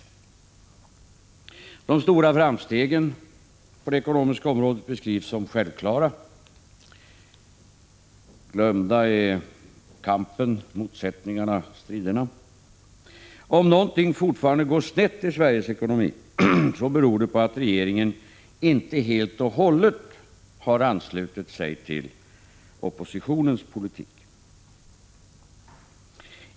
De stora framstegen på det ekonomiska området beskrivs som självklara. Glömda är kampen, motsättningarna, striderna. Om någonting fortfarande går snett i Sveriges ekonomi beror det på att regeringen inte helt och hållet anslutit sig till oppositionens politik.